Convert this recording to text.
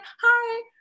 hi